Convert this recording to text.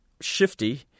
shifty